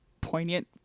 poignant